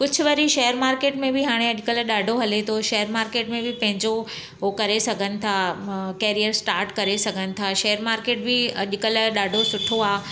कुझु वरी share market में बि हाणे अॼुकल्ह ॾाढो हले थो शेयर मार्केट में बि पंहिंजो उहो करे सघनि था कैरियर स्टार्ट करे सघनि था शेयर मार्केट बि अॼुकल्ह ॾाढो सुठो आहे